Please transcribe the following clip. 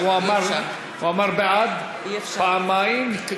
הוא אמר בעד פעמיים.